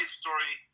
story